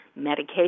medication